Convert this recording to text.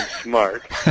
smart